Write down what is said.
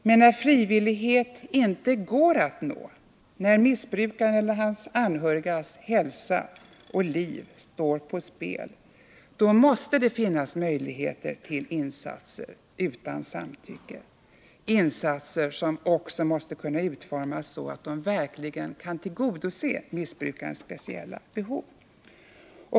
Men när frivillighet inte går att nå, när missbrukaren eller hans anhörigas hälsa och liv står på spel, då måste det finnas möjligheter till insatser utan samtycke, insatser som också måste kunna utformas så att de verkligen kan tillgodose missbrukarens speciella behov.